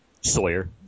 Sawyer